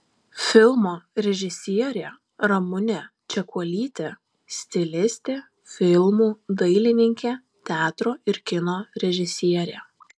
filmo režisierė ramunė čekuolytė stilistė filmų dailininkė teatro ir kino režisierė